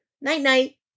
night-night